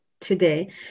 today